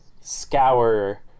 scour